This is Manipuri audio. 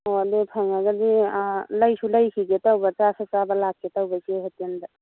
ꯑꯣ ꯑꯗꯨ ꯐꯪꯉꯥꯒꯗꯤ ꯂꯩꯁꯨ ꯂꯩꯒꯤꯒꯦ ꯆꯥꯁꯨ ꯆꯥꯕ ꯂꯥꯛꯀꯦ ꯇꯧꯕ ꯏꯆꯦ ꯍꯣꯏ ꯍꯣꯇꯦꯜꯗ